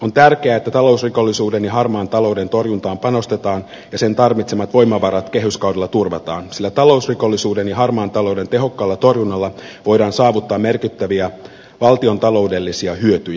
on tärkeää että talousrikollisuuden ja harmaan talouden torjuntaan panostetaan ja sen tarvitsemat voimavarat kehyskaudella turvataan sillä talousrikollisuuden ja harmaan talouden tehokkaalla torjunnalla voidaan saavuttaa merkittäviä valtiontaloudellisia hyötyjä